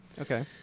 Okay